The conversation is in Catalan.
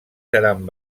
seran